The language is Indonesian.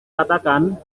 katakan